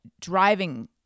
driving